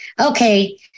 okay